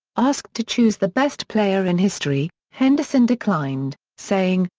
asked to choose the best player in history, henderson declined, saying,